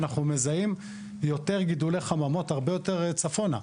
אנחנו מזהים יותר גידולי חממות הרבה יותר צפונה.